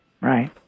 Right